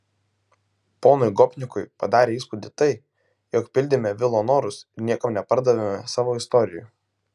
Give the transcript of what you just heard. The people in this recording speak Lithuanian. ponui gopnikui padarė įspūdį tai jog pildėme vilo norus ir niekam nepardavėme savo istorijų